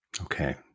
Okay